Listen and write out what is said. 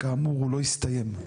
כאמור, הוא לא הסתיים.